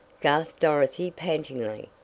gasped dorothy, pantingly.